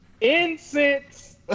Incense